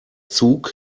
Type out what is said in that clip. zug